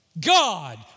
God